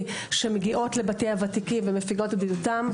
שמגיעים לבתי הוותיקים ומפיגים את בדידותם.